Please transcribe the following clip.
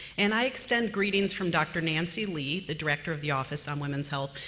and i extend greetings from dr. nancy lee, the director of the office on women's health,